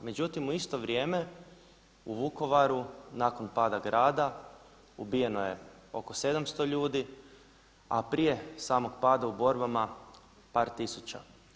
Međutim u isto vrijeme u Vukovaru nakon pada grada ubijeno je oko 700 ljudi, a prije samog pada u borbama par tisuća.